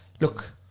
Look